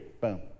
Boom